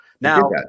Now